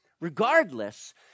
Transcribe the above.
Regardless